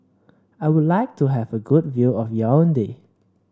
I would like to have a good view of Yaounde